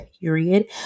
period